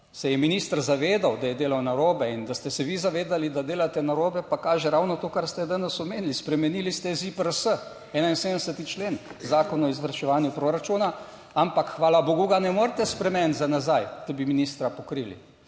se je minister zavedal, da je delal narobe in da ste se vi zavedali, da delate narobe, pa kaže ravno to, kar ste danes omenili, spremenili ste ZIPRS 71. člen Zakona o izvrševanju proračuna, ampak hvala bogu ga ne morete spremeniti za nazaj, da bi ministra pokrili.